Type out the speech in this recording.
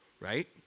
right